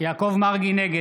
נגד מופיד מרעי, בעד